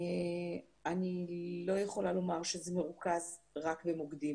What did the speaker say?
אני לא יכולה לומר שזה מרוכז רק במוקדים.